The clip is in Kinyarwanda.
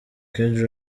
kendra